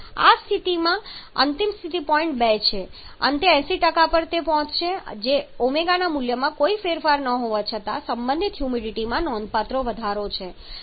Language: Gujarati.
તેથી આ અંતિમ સ્થિતિ પોઇન્ટ 2 પર છે અંતે 80 પર પહોંચશે જે ω ના મૂલ્યમાં કોઈ ફેરફાર ન હોવા છતાં સંબંધિત હ્યુમિડિટીમાં નોંધપાત્ર વધારો છે